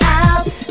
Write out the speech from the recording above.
out